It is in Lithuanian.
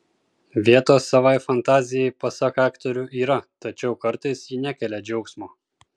vietos savai fantazijai pasak aktorių yra tačiau kartais ji nekelia džiaugsmo